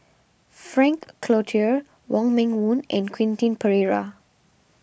Frank Cloutier Wong Meng Voon and Quentin Pereira